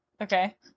Okay